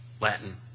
Latin